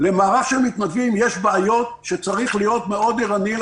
למערך של מתנדבים יש בעיות שצריך להיות מאוד ערניים